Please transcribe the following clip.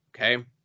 Okay